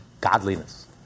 godliness